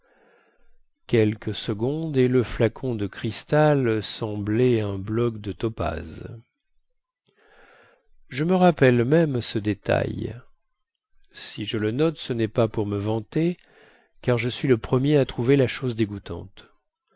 quelques secondes et le flacon de cristal semblait un bloc de topaze je me rappelle même ce détail si je le note ce nest pas pour me vanter car je suis le premier à trouver la chose dégoûtante